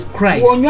Christ